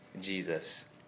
Jesus